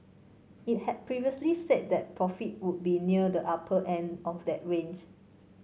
it had previously said that profit would be near the upper end of that range